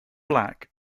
black